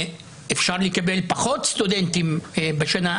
אני מאוד מתחברת לדברים שחבר הכנסת טיבי אמר.